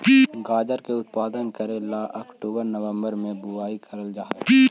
गाजर का उत्पादन करे ला अक्टूबर नवंबर में बुवाई करल जा हई